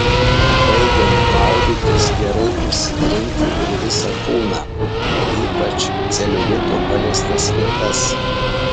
baigiant maudytis gerai išsitrinti ir visą kūną ypač celiulito paliestas vietas